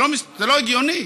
זה לא הגיוני.